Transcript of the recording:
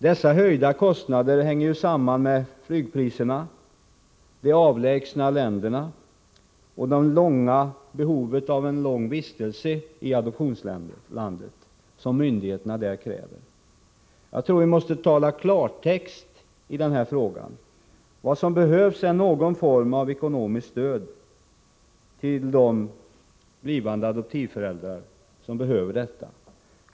De höjda kostnaderna hänger ju samman med flygpriserna, de avlägsna länderna och behovet av en lång vistelse i adoptionslandet, vilket myndigheterna där kräver. Jag tror vi måste tala klartext i den här frågan: Vad som behövs är någon form av ekonomiskt stöd till de blivande adoptivföräldrar som behöver detta.